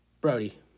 Brody